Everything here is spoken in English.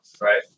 Right